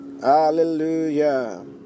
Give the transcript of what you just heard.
Hallelujah